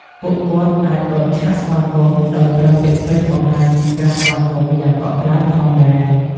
ពួកគាត់អាចបើកឆាកស្វាគមន៍ ដោយប្រើពាក្យពេចន៍បង្ហាញពីការស្វាគមន៍យ៉ាងកក់ក្ដៅផងដែរ។